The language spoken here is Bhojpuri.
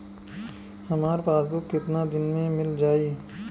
हमार पासबुक कितना दिन में मील जाई?